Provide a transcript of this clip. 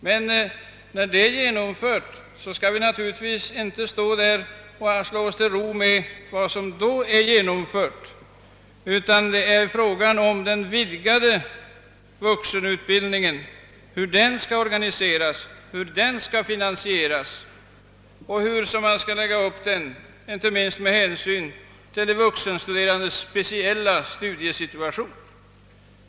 Men när det skett, skall vi naturligtvis inte slå oss till ro med det, utan då skall vi ta itu med frågan om hur den vidgade vuxenutbildningen skall finansieras och organiseras inte minst med hänsyn till de vuxenstuderandes studiesituation.